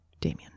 damien